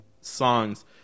songs